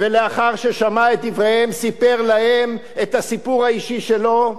ולאחר ששמע את דבריהם סיפר להם את הסיפור האישי שלו,